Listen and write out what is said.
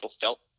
felt